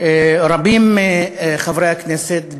רבים מחברי הכנסת,